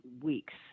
weeks